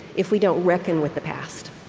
if we don't reckon with the past